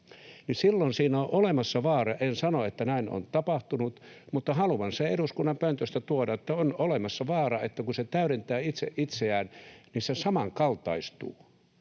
Silloin siinä on olemassa vaara — en sano, että näin on tapahtunut, mutta haluan sen eduskunnan pöntöstä tuoda — että kun se täydentää itse itseään, niin se samankaltaistuu.